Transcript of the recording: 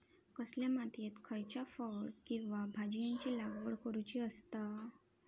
कसल्या मातीयेत खयच्या फळ किंवा भाजीयेंची लागवड करुची असता?